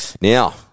Now